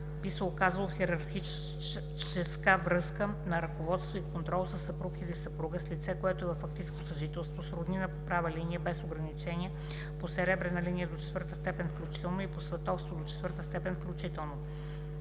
би се оказало в йерархическа връзка на ръководство и контрол със съпруг или съпруга, с лице, с което е във фактическо съжителство, с роднина по права линия без ограничения, по съребрена линия до четвърта степен включително или по сватовство до четвърта степен включително;